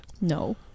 No